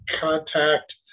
contact